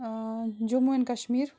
Jammu and Kashmir